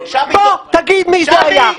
תגיד מי זה היה.